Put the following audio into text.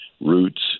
roots